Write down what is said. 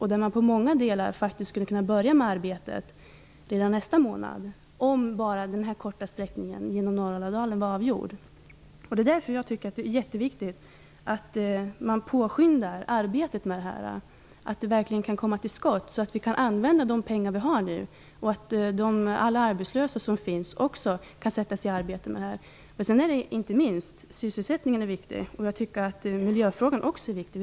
I många delar skulle man faktiskt kunna börja med arbetet redan nästa månad, om bara den korta sträckningen genom Norraladalen var avgjord. Därför är det jätteviktigt att man påskyndar det här arbetet och verkligen kan komma till skott, så att vi kan använda de pengar som vi nu har till att sätta in alla arbetslösa som finns i arbete med det här projektet. Inte minst sysselsättningen är viktig. Jag tycker att också miljöfrågan är viktig.